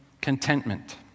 contentment